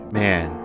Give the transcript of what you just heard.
man